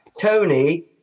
tony